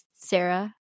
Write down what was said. sarah